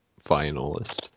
finalist